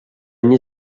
any